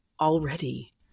already